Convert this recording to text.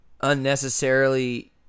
unnecessarily